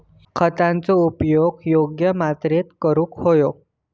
खतांचो उपयोग योग्य मात्रेत करूक व्हयो